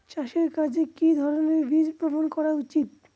চাষের কাজে কি ধরনের বীজ বপন করা উচিৎ?